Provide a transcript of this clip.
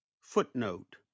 footnote